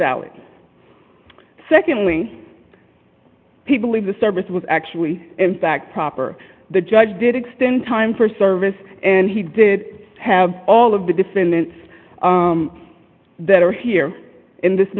week secondly people leave the service was actually in fact proper the judge did extend time for service and he did have all of the defendants that are here in this